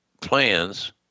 plans